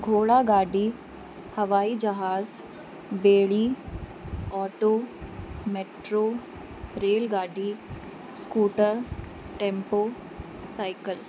घोड़ा गाॾी हवाई जहाज ॿेड़ी ऑटो मेट्रो रेलगाॾी स्कूटर टैंपो साइकल